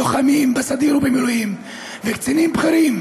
לוחמים בסדיר ובמילואים וקצינים בכירים,